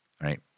right